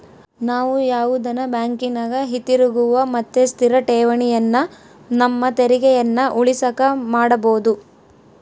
ನಾವು ಯಾವುದನ ಬ್ಯಾಂಕಿನಗ ಹಿತಿರುಗುವ ಮತ್ತೆ ಸ್ಥಿರ ಠೇವಣಿಯನ್ನ ನಮ್ಮ ತೆರಿಗೆಯನ್ನ ಉಳಿಸಕ ಮಾಡಬೊದು